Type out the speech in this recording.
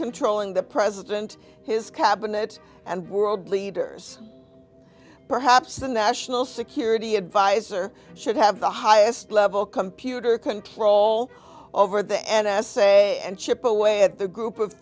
controlling the president his cabinet and world leaders perhaps the national security advisor should have the highest level computer control over the n s a and chip away at the group of